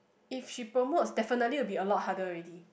if she promotes definitely will be a lot harder already